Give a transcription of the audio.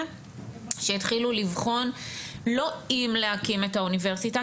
שהתחילו לבחון לא אם להקים את האוניברסיטה,